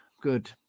Good